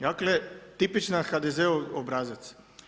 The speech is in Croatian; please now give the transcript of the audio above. Dakle, tipičan HDZ-ov obrazac.